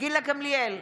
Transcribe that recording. גילה גמליאל,